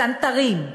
צנתרים,